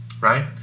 Right